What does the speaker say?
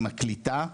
עם הקליטה,